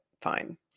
fine